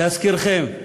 להזכירכם,